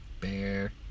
Bear